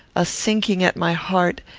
a sinking at my heart,